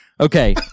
okay